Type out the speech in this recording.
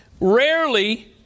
Rarely